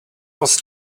was